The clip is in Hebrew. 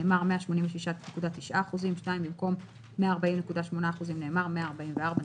נאמר "186.9%"; במקום "140.8%" נאמר "144.2%".